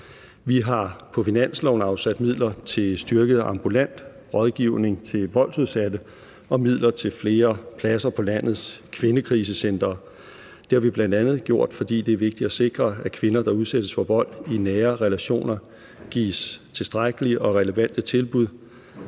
Vi har på finansloven også afsat midler til styrket ambulant rådgivning til voldsudsatte og midler til flere pladser på landets kvindekrisecentre. Det har vi bl.a. gjort, fordi det er vigtigt at sikre, at kvinder, der udsættes for vold i nære relationer, gives tilstrækkelige og relevante tilbud,